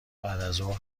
بعدازظهر